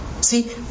See